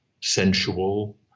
sensual